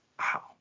Wow